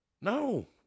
no